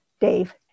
Dave